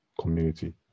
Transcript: community